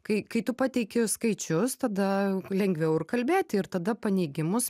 kai kai tu pateiki skaičius tada lengviau ir kalbėti ir tada paneigimus